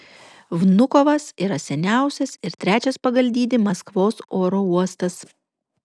vnukovas yra seniausias ir trečias pagal dydį maskvos oro uostas